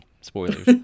Spoilers